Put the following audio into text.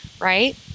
right